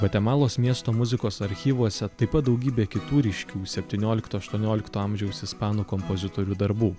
gvatemalos miesto muzikos archyvuose taip pat daugybė kitų ryškių septyniolikto aštuoniolikto amžiaus ispanų kompozitorių darbų